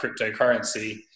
cryptocurrency